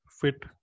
fit